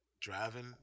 Driving